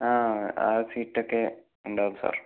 ആ ആ സീറ്റൊക്കെ ഉണ്ടാവും സാർ